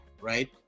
right